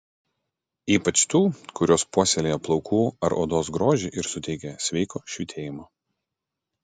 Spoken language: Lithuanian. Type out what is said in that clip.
ypač tų kurios puoselėja plaukų ar odos grožį ir suteikia sveiko švytėjimo